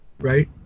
right